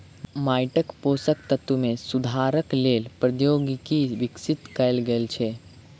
माइटक पोषक तत्व मे सुधारक लेल प्रौद्योगिकी विकसित कयल गेल छै